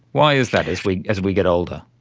why is that, as we as we get older?